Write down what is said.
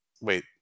wait